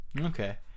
Okay